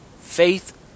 Faith